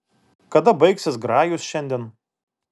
kada baigsis grajus šiandien